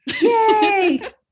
Yay